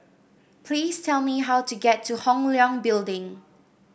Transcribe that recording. please tell me how to get to Hong Leong Building